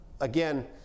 again